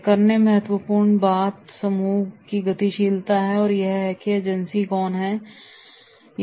एक अन्य महत्पूर्ण बात समूह कि गतिशीलता में यह है कि एजेंसी कौन है